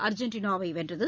அர்ஜென்டினாவை வென்றது